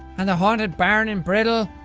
and the haunted barn in briddle.